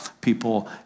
people